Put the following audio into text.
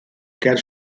ger